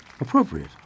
Appropriate